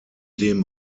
dem